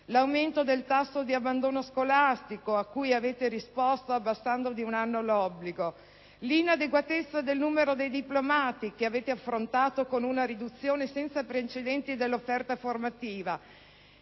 l'aumento del tasso di abbandono scolastico, a cui avete risposto abbassando di un anno l'obbligo; l'inadeguatezza del numero dei diplomati, che avete affrontato con una riduzione senza precedenti dell'offerta formativa,